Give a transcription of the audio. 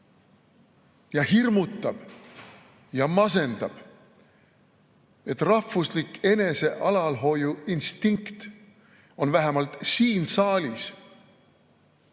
ja hirmutab ja masendab, et rahvuslik enesealalhoiuinstinkt on vähemalt siin saalis